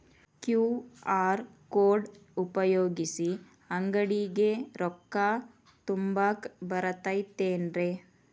QR code ಉಪಯೋಗಿಸಿ, ಅಂಗಡಿಗೆ ರೊಕ್ಕಾ ತುಂಬಾಕ್ ಬರತೈತೇನ್ರೇ?